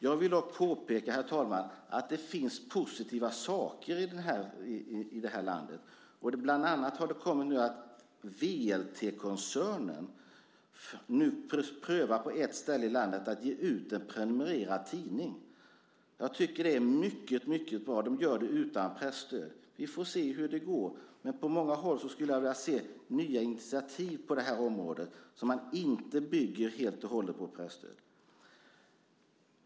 Jag vill dock påpeka, herr talman, att det finns positiva saker i det här landet. Bland annat har det kommit en uppgift om att VLT-koncernen på ett ställe i landet prövar att ge ut en prenumererad tidning. Det är mycket bra. Det görs utan presstöd. Vi får se hur det går. Jag skulle vilja se nya initiativ på området som inte bygger helt och hållet på presstöd.